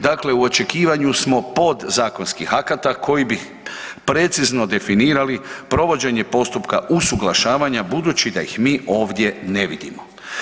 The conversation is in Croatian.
Dakle u očekivanju smo podzakonskih akata koji bi precizno definirali provođenje postupka usuglašavanja budući da ih mi ovdje ne vidimo.